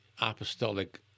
apostolic